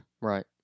Right